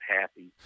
happy